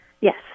Yes